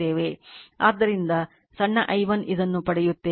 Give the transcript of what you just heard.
ಆದ್ದರಿಂದ ಸಣ್ಣ i1 ಇದನ್ನು ಪಡೆಯುತ್ತೇವೆ